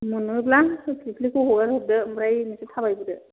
मोनोब्ला फिरफिलिखौ हगारहरदो ओमफ्राय नोंसोर थाबायबोदो